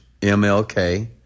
MLK